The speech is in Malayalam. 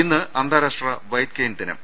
ഇന്ന് അന്താരാഷ്ട്ര വൈറ്റ് കെയിൻ ദിനം